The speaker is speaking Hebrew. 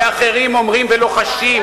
והאחרים אומרים ולוחשים,